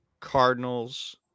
Cardinals